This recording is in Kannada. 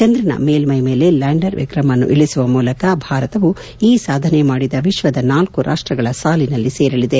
ಚಂದ್ರನ ಮೇಲ್ವೈ ಮೇಲೆ ಲ್ಹಾಂಡರ್ ವಿಕ್ರಮ್ ಅನ್ನು ಇಳಿಸುವ ಮೂಲಕ ಭಾರತವು ಈ ಸಾಧನೆ ಮಾಡಿದ ವಿಶ್ವದ ನಾಲ್ಕು ರಾಷ್ಟಗಳ ಸಾಲಿನಲ್ಲಿ ಸೇರಲಿದೆ